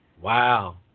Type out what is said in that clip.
Wow